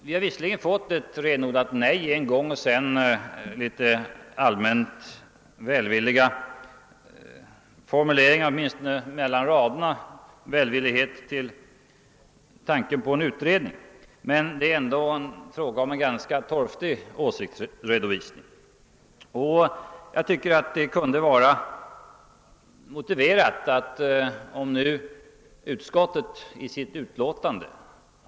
Vi har visserligen fått ett renodlat nej en gång och sedan — åtminstone mellan raderna — litet allmän välvillighet till tanken på en utredning, men detta är väl ändå en ganska torftig åsiktsredovisning. Nu har utskottet alltså velat vara knapphändigt i sitt utlåtande.